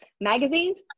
magazines